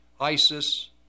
ISIS